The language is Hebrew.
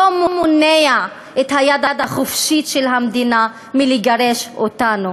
לא מונע את היד החופשית של המדינה לגרש אותנו.